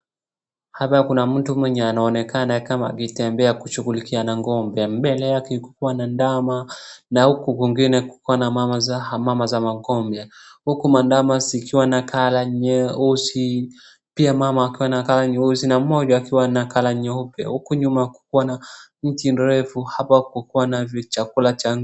Hapa kuna mtu mwenye anaonekana kama akitembea kushughulikia na ng'ombe, mbele yake kukiwa na ndama, na huku kwingine kukiwa na mama za ng'ombe. Huku mandama zikiwa na colour nyeusi, pia mama wakiwa na colour nyeusi, na mmoja akiwa na colour nyeupe huku nyuma kukiwa na mti mrefu hapa kukiwa na hivi chakula cha.